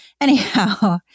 Anyhow